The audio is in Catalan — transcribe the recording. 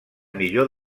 millor